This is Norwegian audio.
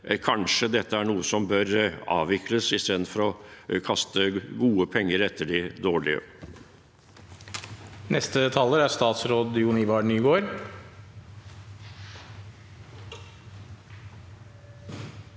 kanskje er noe som bør avvikles, istedenfor å kaste gode penger etter de dårlige.